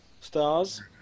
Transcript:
Stars